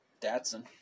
Datsun